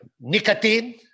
Nicotine